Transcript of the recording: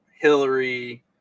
Hillary